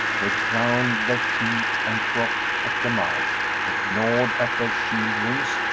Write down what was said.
they ground their teeth, and frothed at the mouth they gnawed at their shield rims,